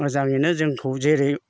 मोजाङैनो जोंखौ जेरै